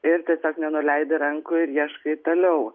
ir tiesiog nenuleidi rankų ir ieškai toliau